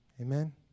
Amen